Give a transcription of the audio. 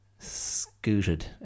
scooted